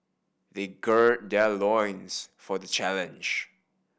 they gird their loins for the challenge